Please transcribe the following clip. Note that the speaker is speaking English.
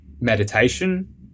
meditation